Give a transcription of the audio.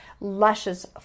luscious